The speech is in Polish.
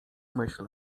myśl